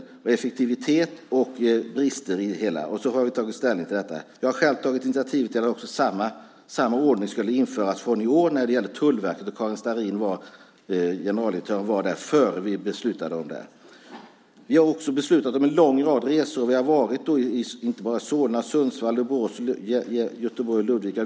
Det gäller effektivitet och brister i det hela. Och så har vi tagit ställning till detta. Jag har själv tagit initiativ till att samma ordning skulle införas från i år när det gäller Tullverket, och Karin Starrin, generaldirektören, var där innan vi beslutade om det. Vi har också beslutat om en lång rad resor. Vi har varit inte bara i Solna, Sundsvall, Borås, Göteborg och Ludvika.